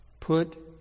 Put